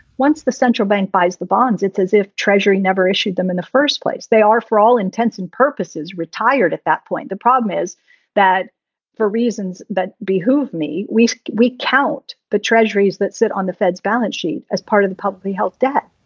once the central bank buys the bonds, it's as if treasury never issued them in the first place. they are, for all intents and purposes, retired at that point. the problem is that for reasons that behoove me, we we count the treasuries that sit on the fed's balance sheet as part of the publicly held debt.